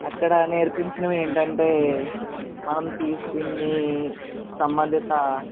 అక్కడ నేర్పించినవి ఏంటంటే మనం తీసుకు ఇన్ని సంబంధిత